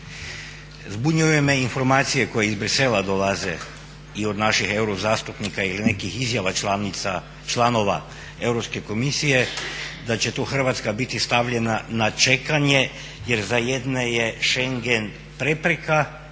Zbunjuju me informacije koje iz Bruxellesa dolaze i od naših eurozastupnika ili nekih izjava članova Europske komisije da će tu Hrvatska biti stavljena na čekanje jer za jedne je schengen prepreka,